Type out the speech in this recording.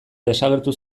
desagertu